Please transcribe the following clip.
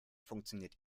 funktioniert